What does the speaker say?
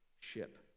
ship